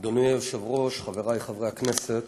אדוני היושב-ראש, חברי חברי הכנסת,